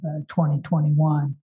2021